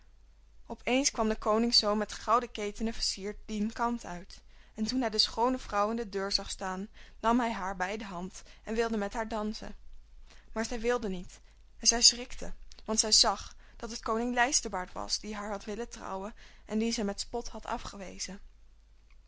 op eens kwam de koningszoon met gouden ketenen versierd dien kant uit en toen hij de schoone vrouw in de deur zag staan nam hij haar bij de hand en wilde met haar dansen maar zij wilde niet en zij schrikte want zij zag dat het koning lijsterbaard was die haar had willen trouwen en dien zij met spot had afgewezen